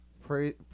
pray